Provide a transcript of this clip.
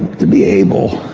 to be able